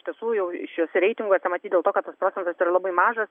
iš tiesų jau šiuose reitinguose matyt dėl to kad tas procentas yra labai mažas